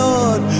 Lord